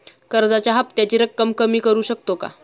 कर्जाच्या हफ्त्याची रक्कम कमी करू शकतो का?